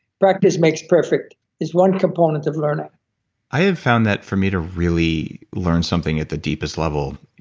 practice makes perfect is one component of learning i have found that for me to really learn something at the deepest level,